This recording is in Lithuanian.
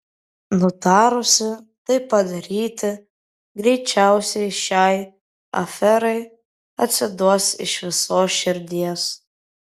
nutarusi tai padaryti greičiausiai šiai aferai atsiduos iš visos širdies